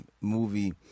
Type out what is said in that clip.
movie